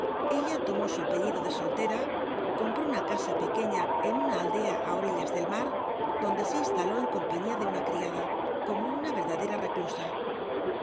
ella lomo su apellido de soltera compró una casa pcqueiia en una aldea i orillas del mar donde se iuslaló en compaiiia de una criada como una el ladera reclusa